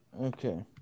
Okay